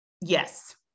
Yes